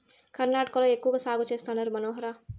కర్ణాటకలో ఎక్కువ సాగు చేస్తండారు మనోహర